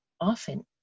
often